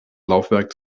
laufwerk